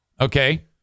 Okay